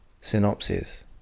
synopsis